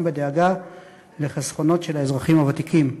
בדאגה לחסכונות של האזרחים הוותיקים.